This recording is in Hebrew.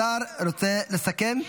השר רוצה לסכם?